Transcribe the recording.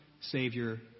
Savior